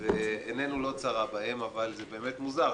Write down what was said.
ועינינו לא צרה בהם אבל זה באמת מוזר,